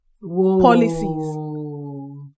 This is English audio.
policies